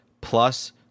plus